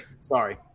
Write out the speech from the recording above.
Sorry